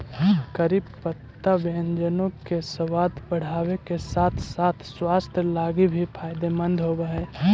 करी पत्ता व्यंजनों के सबाद बढ़ाबे के साथ साथ स्वास्थ्य लागी भी फायदेमंद होब हई